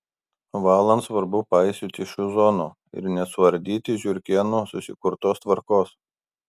valant svarbu paisyti šių zonų ir nesuardyti žiurkėnų susikurtos tvarkos